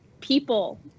people